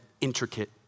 intricate